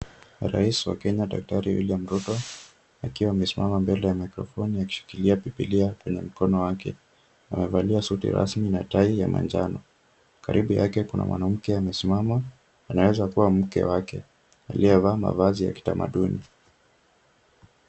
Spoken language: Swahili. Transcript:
Rais wa Kenya daktari William Ruto akiwa amesimama mbele ya mikrophoni akishikilia bibilia kwenye mkono wake. Amevalia suti rasmi na tai ya manjano, karibu yake kuna mwanamke amesimama, anaweza kuwa mke wake aliyevaa mavazi ya kitamaduni.